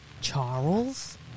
Charles